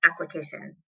applications